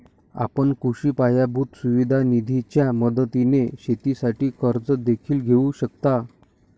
आपण कृषी पायाभूत सुविधा निधीच्या मदतीने शेतीसाठी कर्ज देखील घेऊ शकता